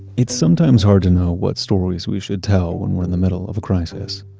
it's sometimes hard to know what stories we should tell when we're in the middle of a crisis.